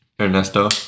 Ernesto